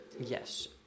Yes